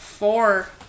Four